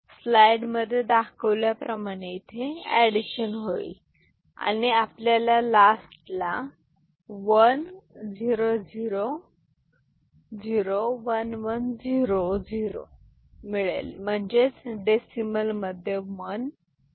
स्लाइडमध्ये दाखविल्याप्रमाणे एडिशन होईल आणि आपल्याला लास्ट ला 1 0 0 0 1 1 0 0 मिळेल म्हणजेच डेसिमल मध्ये 140